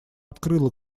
открыла